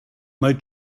mae